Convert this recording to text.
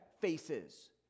faces